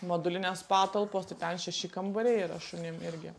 modulinės patalpos tai ten šeši kambariai yra šunim irgi